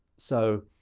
so,